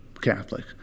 Catholic